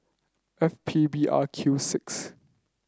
F P B R Q six